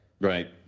Right